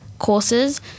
courses